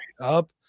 up